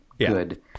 good